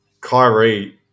Kyrie